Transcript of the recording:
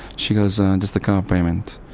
she goes, ah and just the car payments.